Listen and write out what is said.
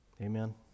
Amen